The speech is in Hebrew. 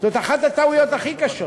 זאת אחת הטעויות הכי קשות,